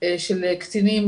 של קטינים,